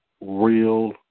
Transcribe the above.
real